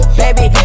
baby